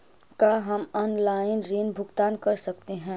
का हम आनलाइन ऋण भुगतान कर सकते हैं?